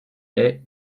est